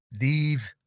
leave